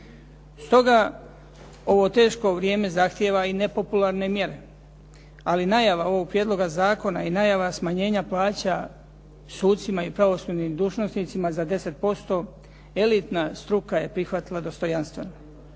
Stoga ovo teško vrijeme zahtijeva i nepopularne mjere. Ali najava ovog prijedloga zakona i najava smanjenja plaća sucima i pravosudnim dužnosnicima za 10%, elitna struka je prihvatila dostojanstveno.